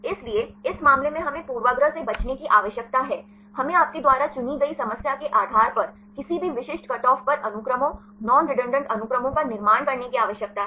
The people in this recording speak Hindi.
इसलिए इस मामले में हमें पूर्वाग्रह से बचने की आवश्यकता है हमें आपके द्वारा चुनी गई समस्या के आधार पर किसी भी विशिष्ट कट ऑफ पर अनुक्रमों नॉन रेडंडान्त अनुक्रमों का निर्माण करने की आवश्यकता है